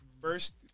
First